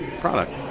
product